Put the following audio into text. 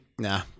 nah